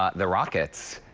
ah the rockets,